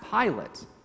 Pilate